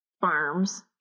farms